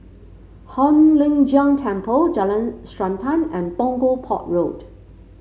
Hong Lim Jiong Temple Jalan Srantan and Punggol Port Road